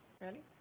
Ready